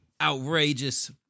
outrageous